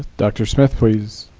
dr smith, please.